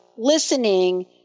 Listening